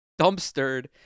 dumpstered